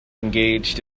engaged